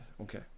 Okay